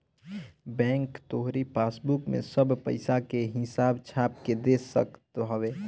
bank तोहरी passbook में सब पईसा के हिसाब छाप के दे सकत हवे